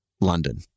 London